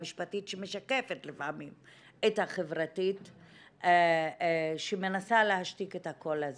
המשפטית שמשקפת לפעמים את החברתית שמנסה להשתיק את הקול הזה.